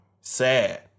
Sad